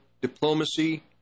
diplomacy